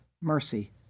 mercy